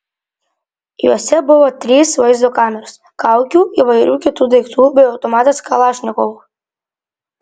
juose buvo trys vaizdo kameros kaukių įvairių kitų daiktų bei automatas kalašnikov